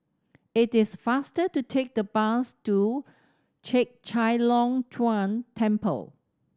it is faster to take the bus to Chek Chai Long Chuen Temple